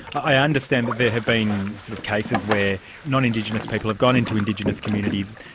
i understand that there have been some cases where non-indigenous people have gone into indigenous communities,